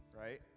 right